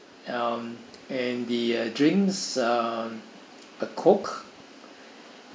um and the uh drinks uh a coke